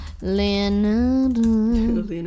Leonardo